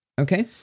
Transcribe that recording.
okay